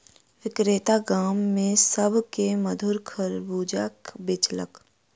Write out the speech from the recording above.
विक्रेता गाम में सभ के मधुर खरबूजा बेचलक